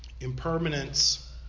impermanence